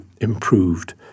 improved